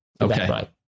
Okay